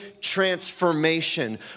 transformation